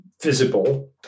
visible